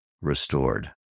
restored